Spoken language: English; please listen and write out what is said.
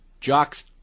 Jock's